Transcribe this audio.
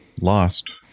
lost